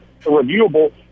reviewable